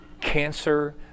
cancer